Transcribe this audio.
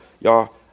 y'all